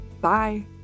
Bye